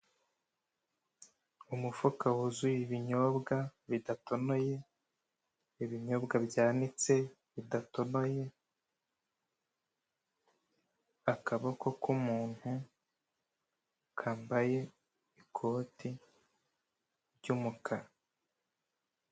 Umufuka wuzuye ibinyobwa bidatonoye, ibinyobwa byanitse bidatoboye, akaboko k'umuntu kambaye ikoti ry'umukara.